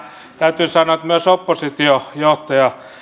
täytyy sanoa myös oppositiojohtaja